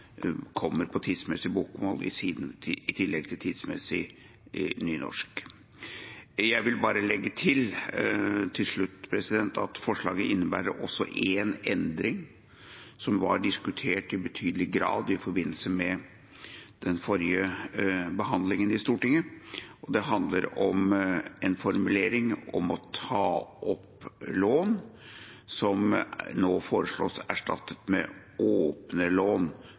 kommer på tidsmessig bokmål i tillegg til tidsmessig nynorsk. Jeg vil til slutt bare legge til at forslaget også innebærer en endring som ble diskutert i betydelig grad i forbindelse med den forrige behandlingen i Stortinget. Det handler om formuleringen «å ta opp lån» som nå foreslås erstattet med «å åpne lån»